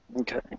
Okay